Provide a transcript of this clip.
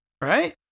Right